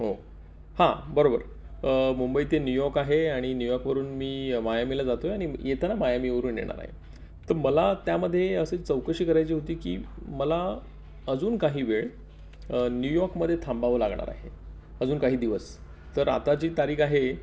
हो हां बरोबर मुंबई ते न्यूयॉर्क आहे आणि न्यूयॉर्कवरून मी मायामीला जातो आहे आणि येताना मायामीवरून येणार आहे तर मला त्यामध्ये अशी चौकशी करायची होती की मला अजून काही वेळ न्यूयॉर्कमध्ये थांबावं लागणार आहे अजून काही दिवस तर आता जी तारीख आहे